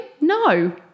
No